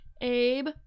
Abe